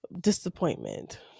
disappointment